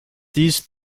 these